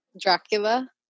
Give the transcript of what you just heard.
Dracula